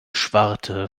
schwarte